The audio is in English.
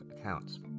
accounts